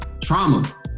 trauma